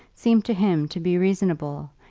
seemed to him to be reasonable,